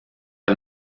dal